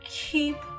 keep